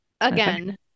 Again